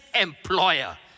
employer